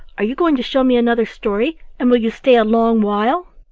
are you going to show me another story, and will you stay a long while?